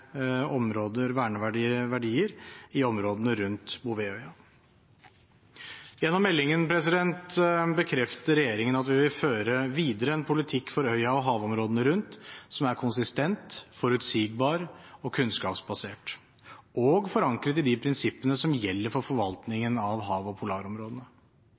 verdier i områdene rundt Bouvetøya. Gjennom meldingen bekrefter regjeringen at vi for øya og havområdene rundt vil videreføre en politikk som er konsistent, forutsigbar, kunnskapsbasert og forankret i de prinsippene som gjelder for forvaltningen av hav- og polarområdene.